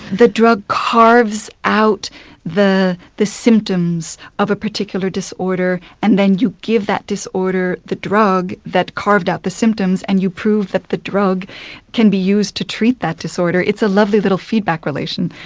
the drug carves out the the symptoms of a particular disorder and then you give that disorder the drug that carved out the symptoms and you prove that the drug can be used to treat that disorder. it's a lovely little feedback relation.